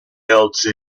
else